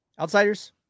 outsiders